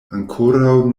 ankoraŭ